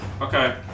Okay